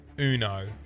Uno